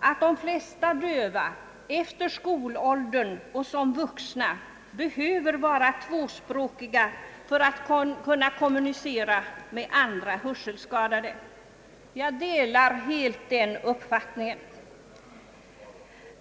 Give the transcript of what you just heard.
att de flesta döva efter skolåldern och som vuxna behöver vara tvåspråkiga för att kunna kommunicera med andra hörselskadade. Jag delar helt den uppfattningen.